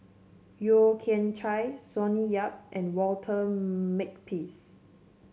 Yeo Kian Chai Sonny Yap and Walter Makepeace